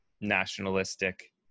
nationalistic